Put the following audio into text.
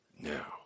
now